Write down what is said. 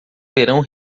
verão